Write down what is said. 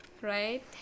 right